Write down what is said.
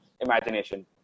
imagination